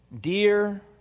Dear